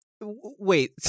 wait